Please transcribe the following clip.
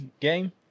game